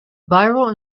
viral